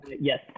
yes